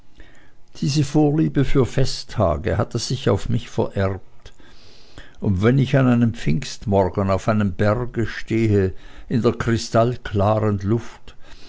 diese vorliebe für festtage hatte sich auf mich vererbt und wenn ich an einem pfingstmorgen auf einem berge stehe in der kristallklaren luft